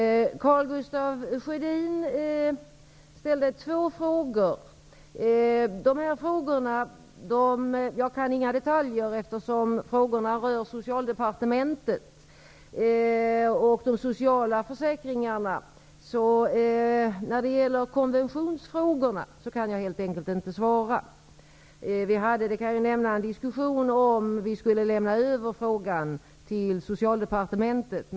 Karl Gustaf Sjödin ställde ett par frågor. Eftersom frågorna rör Socialdepartementet och de sociala försäkringarna kan jag inga detaljer. När det gäller konventionsfrågorna kan jag helt enkelt inte svara. Vi förde en diskussion om vi skulle lämna över Karl Gustaf Sjödins fråga till Socialdepartementet.